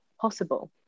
possible